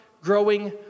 growing